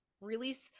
release